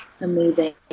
amazing